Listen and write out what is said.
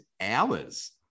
hours